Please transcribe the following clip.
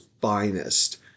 finest